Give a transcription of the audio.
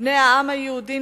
בני העם היהודי,